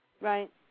Right